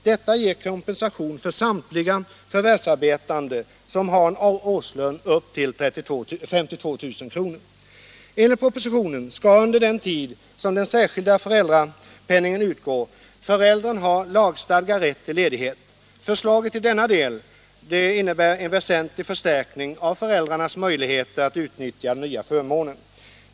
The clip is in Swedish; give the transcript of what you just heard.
Detta ger kompensation för samtliga förvärvsarbetande som har en årslön upp till ca 52000 kr. Enligt propositionen skall under den tid som den särskilda föräldrapenningen utgår föräldern ha lagstadgad rätt till ledighet. Förslaget i denna del innebär en väsentlig förstärkning av föräldrarnas möjligheter att utnyttja den nya förmånen.